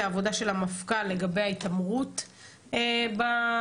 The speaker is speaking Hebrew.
העבודה של המפכ"ל לגבי ההתעמרות במשטרה.